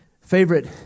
favorite